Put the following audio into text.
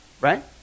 right